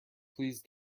please